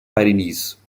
pyrenees